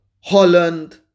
Holland